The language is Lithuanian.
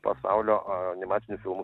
pasaulio animacinių filmų